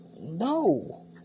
no